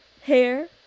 Hair